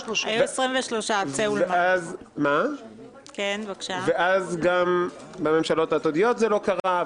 היו 23. ואז גם בממשלות העתידות זה לא קרה.